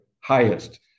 highest